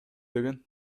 деген